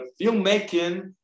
filmmaking